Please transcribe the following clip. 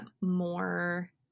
more